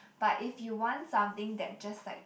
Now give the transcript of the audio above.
but if you want something that just like